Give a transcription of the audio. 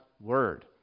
Word